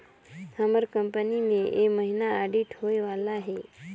हमर कंपनी में ए महिना आडिट होए वाला अहे